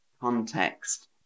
context